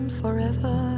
forever